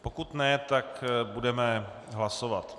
Pokud ne, tak budeme hlasovat.